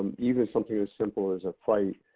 even something as simple as a fight.